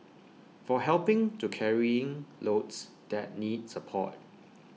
for helping to carrying loads that need support